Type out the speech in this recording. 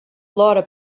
laura